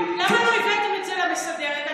למה לא הבאתם את זה למסדרת?